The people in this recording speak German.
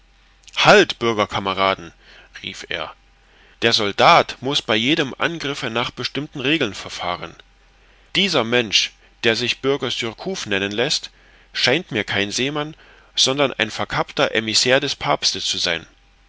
halt bürger kameraden rief er der soldat muß bei jedem angriffe nach bestimmten regeln verfahren dieser mensch der sich bürger surcouf nennen läßt scheint mir kein seemann sondern ein verkappter emissair des papstes zu sein